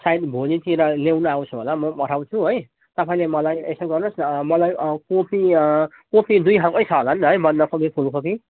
सायद भोलितिर ल्याउनु आउँछु होला म पठाउँछु है तपाईँले मलाई यसो गर्नुहोस् न मलाई कोपी कोपी दुई खालकै छ होला नि त है बन्दकोपी फुलकोपी